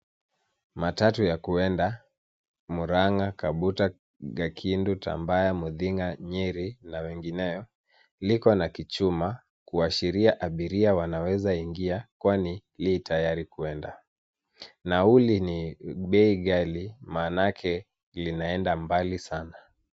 Matatu ya kwenda Murang'a, Kabuta, Gakindu, Tambaya, Muthing'a, Nyeri na wengineo. Liko na kichuma kuashiria abiria wanaweza ingia kwani li tayari kuenda. Nauli ni bei ghali maanake linaenda mbali sana.